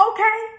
Okay